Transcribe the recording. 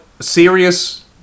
serious